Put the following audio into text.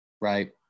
right